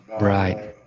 Right